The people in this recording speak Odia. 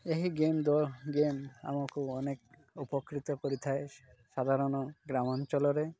ଏହି ଗେମ୍ ଦ ଗେମ୍ ଆମକୁ ଅନେକ ଉପକୃତ କରିଥାଏ ସାଧାରଣ ଗ୍ରାମାଞ୍ଚଳରେ